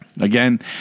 again